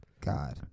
god